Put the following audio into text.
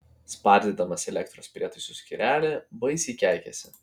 spardydamas elektros prietaisų skyrelį baisiai keikėsi